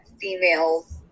females